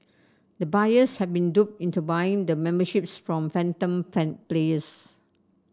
the buyers had been duped into buying the memberships from phantom fun please